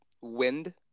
wind